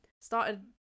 started